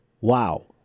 Wow